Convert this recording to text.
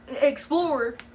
explore